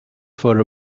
for